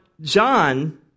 John